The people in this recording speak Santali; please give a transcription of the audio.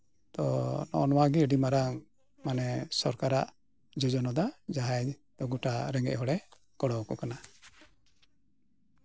ᱛᱚ ᱱᱚᱜᱼᱚ ᱱᱚᱶᱟ ᱜᱮ ᱟᱹᱰᱤ ᱢᱟᱨᱟᱝ ᱢᱟᱱᱮ ᱥᱚᱨᱠᱟᱨᱟᱜ ᱡᱳᱡᱚᱱᱟ ᱫᱚ ᱡᱟᱦᱟᱸᱭ ᱜᱚᱴᱟ ᱨᱮᱸᱜᱮᱡ ᱦᱚᱲᱮ ᱜᱚᱲᱚᱣᱟᱠᱚ ᱠᱟᱱᱟ